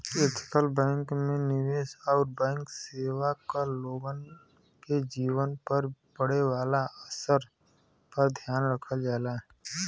ethical bank में निवेश आउर बैंक सेवा क लोगन के जीवन पर पड़े वाले असर पर ध्यान रखल जाला